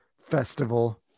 festival